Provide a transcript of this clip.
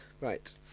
Right